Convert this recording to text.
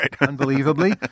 unbelievably